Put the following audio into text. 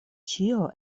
ĉio